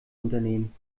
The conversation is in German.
unternehmen